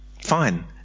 Fine